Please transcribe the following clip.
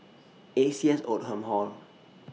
A C S Oldham Hall